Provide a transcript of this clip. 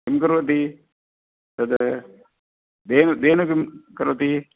किं करोति तद् धेनुः किं करोति